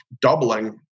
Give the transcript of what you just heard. doubling